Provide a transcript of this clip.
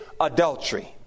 adultery